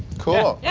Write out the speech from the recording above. cool!